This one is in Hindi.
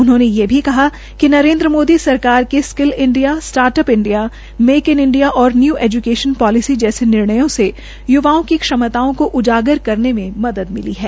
उन्होंने ये भी कहा कि नरेन्द्र मोदी सरकार के skill India start up India make in India एडं न्यू एज्केशन पोलिसी जैसे निर्णयों से युवाओं की क्षमताओ को उजाकर करने में मदद मिली है